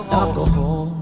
alcohol